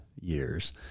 years